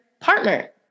partner